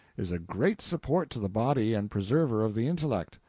is a great support to the body and preserver of the intellect.